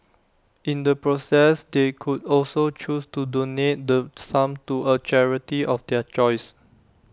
in the process they could also choose to donate the sum to A charity of their choice